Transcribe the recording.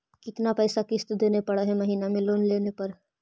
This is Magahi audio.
कितना पैसा किस्त देने पड़ है महीना में लोन लेने पर?